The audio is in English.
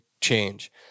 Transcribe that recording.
change